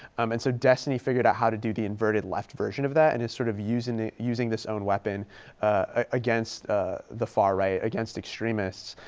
um and so destiny figured out how to do the inverted left version of that. and it's sort of using the, using this own weapon against the far right, against extremists.